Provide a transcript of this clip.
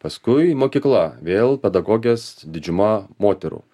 paskui mokykla vėl pedagogės didžiuma moterų